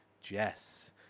Jess